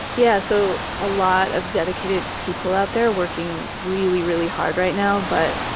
yeah so a lot of dedicated people out there working really, really hard right now. but,